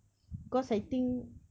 cause I think